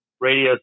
Radio